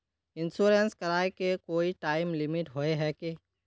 Insurance कराए के कोई टाइम लिमिट होय है की?